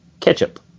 ketchup